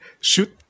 shoot